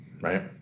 Right